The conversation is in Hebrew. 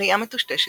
ראייה מטושטשת,